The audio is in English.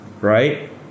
right